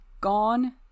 gone